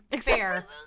Fair